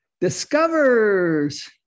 discovers